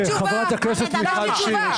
לחברת הכנסת מיכל שיר יש תשובה.